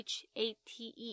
H-A-T-E